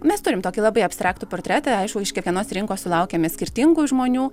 mes turim tokį labai abstraktų portretą aišku iš kiekvienos rinkos sulaukiame skirtingų žmonių